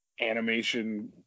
animation